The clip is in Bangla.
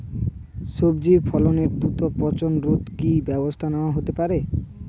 সবজি ফসলের দ্রুত পচন রোধে কি ব্যবস্থা নেয়া হতে পারে?